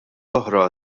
oħra